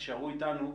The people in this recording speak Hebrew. תישארו איתנו,